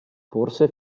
forse